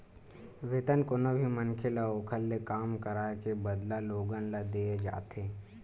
वेतन कोनो भी मनखे ल ओखर ले काम कराए के बदला लोगन ल देय जाथे